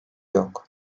yok